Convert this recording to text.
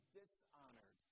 dishonored